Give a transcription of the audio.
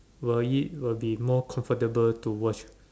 will it will be more comfortable to watch